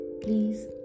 please